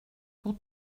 pour